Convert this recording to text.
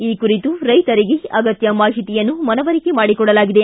ಈ ಕುರಿತು ರೈತರಿಗೆ ಅಗತ್ತ ಮಾಹಿತಿಯನ್ನು ಮನವರಿಕೆ ಮಾಡಿಕೊಡಲಾಗಿದೆ